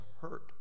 hurt